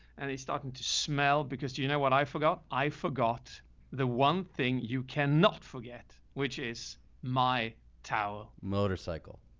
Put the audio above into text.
and he's starting to smell because, do you know what i forgot, i forgot the one thing you cannot forget, which is my tower motorcycle.